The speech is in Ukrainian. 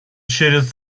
через